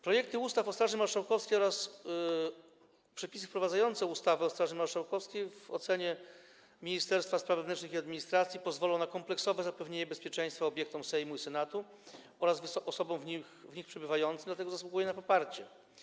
Projekty ustaw o Straży Marszałkowskiej oraz Przepisy wprowadzające ustawę o Straży Marszałkowskiej w ocenie Ministerstwa Spraw Wewnętrznych i Administracji pozwolą na kompleksowe zapewnienie bezpieczeństwa obiektom Sejmu i Senatu oraz osobom w nich przebywającym, dlatego zasługują na poparcie.